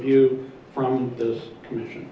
review from this commission